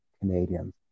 Canadians